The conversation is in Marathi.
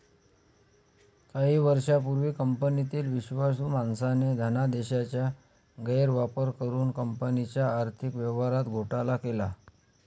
काही वर्षांपूर्वी कंपनीतील विश्वासू माणसाने धनादेशाचा गैरवापर करुन कंपनीच्या आर्थिक व्यवहारात घोटाळा केला